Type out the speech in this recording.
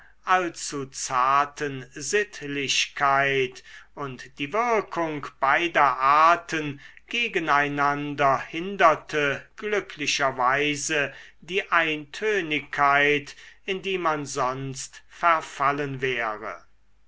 allzu zarten sittlichkeit und die wirkung beider arten gegen einander hinderte glücklicherweise die eintönigkeit in die man sonst verfallen wäre